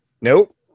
Nope